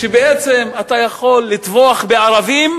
שבעצם אתה יכול לטבוח בערבים,